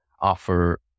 offer